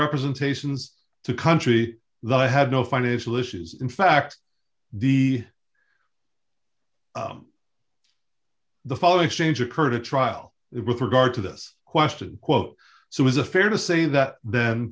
representations to country that i had no financial issues in fact the the following exchange occurred at trial it with regard to this question quote so is a fair to say that then